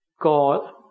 God